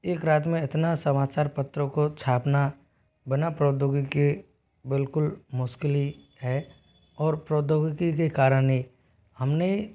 एक रात में इतना समाचार पत्रों को छापना बिना प्रौद्योगिकी के बिल्कुल मुश्किल ही है और प्रौद्योगिकी के कारण ही हमने